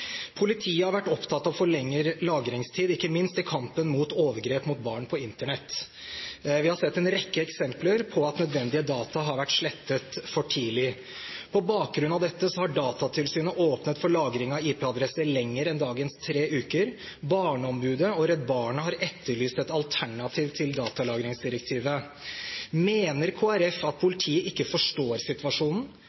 Politiet har vært opptatt av å få lengre lagringstid, ikke minst i kampen mot overgrep mot barn på Internett. Vi har sett en rekke eksempler på at nødvendige data har vært slettet for tidlig. På bakgrunn av dette har Datatilsynet åpnet for lagring av IP-adresser lenger enn dagens tre uker. Barneombudet og Redd Barna har etterlyst et alternativ til datalagringsdirektivet. Mener Kristelig Folkeparti at